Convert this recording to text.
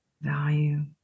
Value